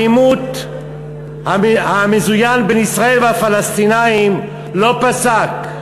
העימות המזוין בין ישראל לפלסטינים לא פסק.